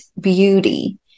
beauty